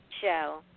show